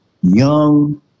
young